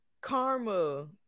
Karma